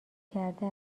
کرده